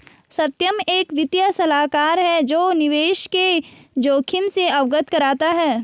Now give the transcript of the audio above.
सत्यम एक वित्तीय सलाहकार है जो निवेश के जोखिम से अवगत कराता है